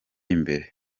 imbere